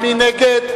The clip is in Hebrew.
מי נגד?